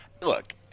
look